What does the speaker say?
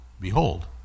Behold